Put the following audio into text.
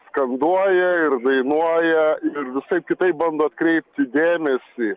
skanduoja ir dainuoja ir visaip kitaip bando atkreipti dėmesį